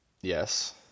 Yes